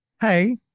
Hey